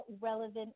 relevant